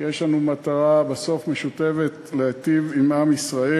כי בסוף יש לנו מטרה משותפת, להיטיב עם עם ישראל.